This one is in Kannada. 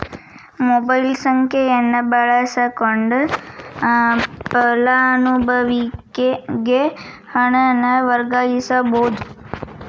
ಮೊಬೈಲ್ ಸಂಖ್ಯೆಯನ್ನ ಬಳಸಕೊಂಡ ಫಲಾನುಭವಿಗೆ ಹಣನ ವರ್ಗಾಯಿಸಬೋದ್